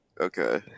Okay